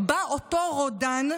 בא אותו רודן,